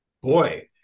Boy